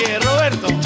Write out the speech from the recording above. Roberto